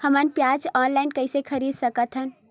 हमन बीजा ऑनलाइन कइसे खरीद सकथन?